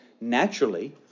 naturally